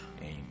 amen